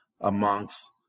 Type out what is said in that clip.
amongst